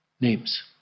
names